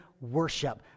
worship